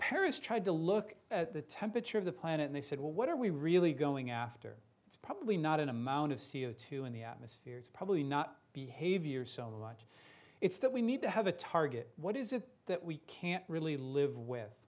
paris tried to look at the temperature of the planet and they said well what are we really going after it's probably not an amount of c o two in the atmosphere it's probably not behavior so much it's that we need to have a target what is it that we can't really live with